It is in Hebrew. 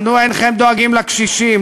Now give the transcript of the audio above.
מדוע אינכם דואגים לקשישים,